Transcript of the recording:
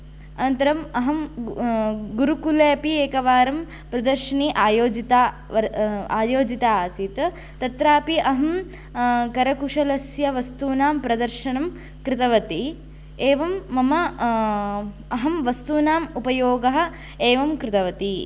अनन्तरं अहं गु गुरुकुले अपि एकवारं प्रदर्शिनी आयोजिता व आयोजिता आसीत् तत्रापि अहं करकुशलस्य वस्तूनां प्रदर्शनं कृतवती एवं मम अहं वस्तूनाम् उपयोगः एवं कृतवती